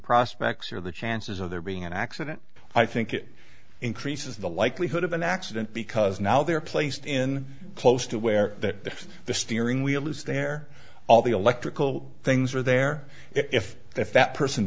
prospects are the chances of there being an accident i think it increases the likelihood of an accident because now they're placed in close to where that the steering wheel is there all the electrical things are there if if that person